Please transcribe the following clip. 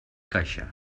caixa